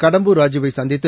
கடம்பூர் ராஜூவை சந்தித்து